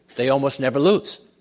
they almost never lose.